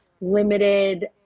limited